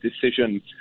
decision